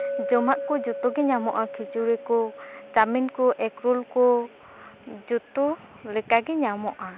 ᱡᱚᱢᱟᱜ ᱠᱚ ᱡᱚᱛᱚ ᱜᱮ ᱧᱟᱢᱚᱜᱼᱟ ᱠᱷᱤᱪᱩᱲᱤ ᱠᱚ ᱪᱟᱣᱢᱤᱱ ᱠᱚ ᱮᱜᱽᱨᱚᱞ ᱠᱚ ᱡᱚᱛᱚ ᱞᱮᱠᱟᱜᱮ ᱧᱟᱢᱚᱜᱼᱟ